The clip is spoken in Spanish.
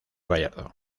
gallardo